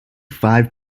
five